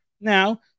Now